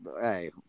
hey